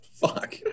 Fuck